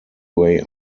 way